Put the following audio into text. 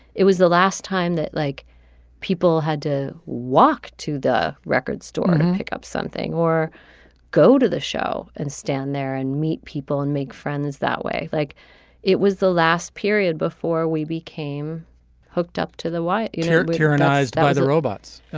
it was the last time that like people had to walk to the record store to and pick up something or go to the show and stand there and meet people and make friends that way like it was the last period before we became hooked up to the y you know tyrannized by the robots.